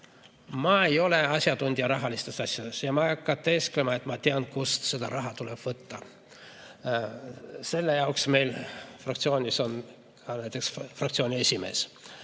ei ole asjatundja rahalistes asjades ja ma ei hakka teesklema, et ma tean, kust seda raha tuleb võtta. Selle jaoks meil fraktsioonis on näiteks fraktsiooni esimees.